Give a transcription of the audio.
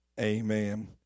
Amen